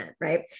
Right